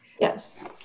Yes